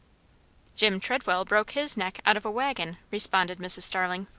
jim treadwell broke his neck out of a waggon, responded mrs. starling.